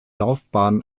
laufbahn